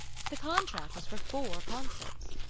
the contract was for four concerts.